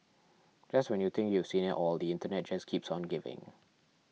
just when you think you've seen it all the internet just keeps on giving